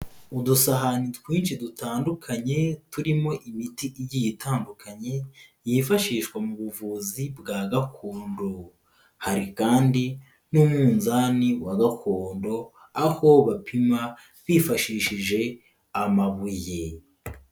Udusahani twinshi dutandukanye turimo imiti igiye itandukanye yifashishwa mu buvuzi bwa gakondo, hari kandi n'umunzani wa gakondo aho bapima bifashishije amabuye.